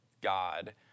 God